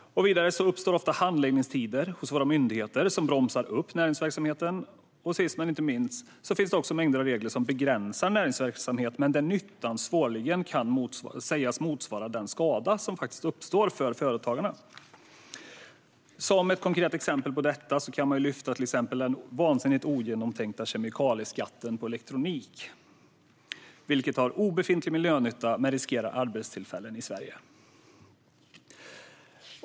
Vidare uppstår ofta handläggningstider hos våra myndigheter som bromsar upp näringsverksamheten. Sist men inte minst finns också mängder av regler som begränsar näringsverksamhet men där nyttan svårligen kan sägas motsvara den skada som faktiskt uppstår för företagarna. Ett konkret exempel på detta är exempelvis den vansinnigt ogenomtänkta kemikalieskatten på elektronik, vilken ger obefintlig miljönytta men riskerar arbetstillfällen i Sverige.